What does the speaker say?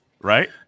Right